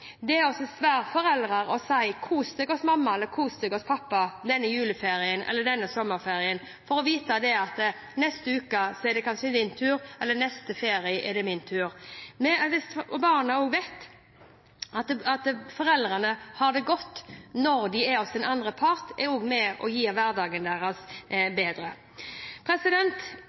mamma eller kos deg hos pappa denne juleferien, eller denne sommerferien – for å vite at neste uke er det din tur, eller neste ferie er det min tur. Hvis barna vet at foreldrene har det godt også når de er hos den andre part, er det også med på å gjøre hverdagen deres